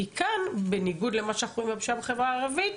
כי כאן בניגוד למה שאנחנו רואים בפשיעה בחברה הערבית,